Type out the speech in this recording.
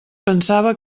pensava